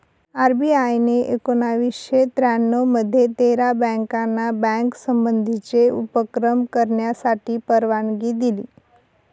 RBI ने एकोणावीसशे त्र्यानऊ मध्ये तेरा बँकाना बँक संबंधीचे उपक्रम करण्यासाठी परवानगी दिली